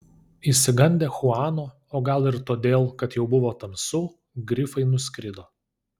išsigandę chuano o gal ir todėl kad jau buvo tamsu grifai nuskrido